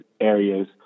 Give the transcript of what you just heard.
areas